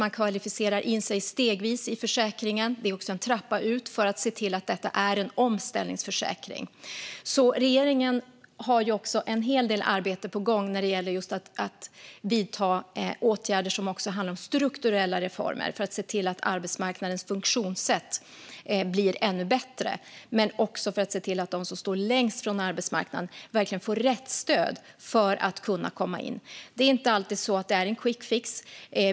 Man kvalificerar sig stegvis in i försäkringen, och det är också en trappa ut för att se till att detta är en omställningsförsäkring. Regeringen har en hel del arbete på gång när det gäller just att vidta åtgärder som handlar om strukturella reformer för att se till att arbetsmarknadens funktionssätt blir ännu bättre. Det handlar också om att se till att de som står längst från arbetsmarknaden verkligen får rätt stöd för att kunna komma in. Det här är inte alltid en quickfix.